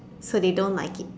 so they don't like it